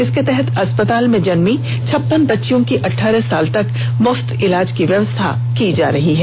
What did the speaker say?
इसके तहत अस्पताल में जन्मी छप्पन बच्चियों की अठारह साल तक मुफ्त इलाज की व्यवस्था की जा रही है